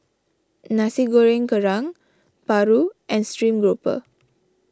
Nasi Goreng Kerang Paru and Stream Grouper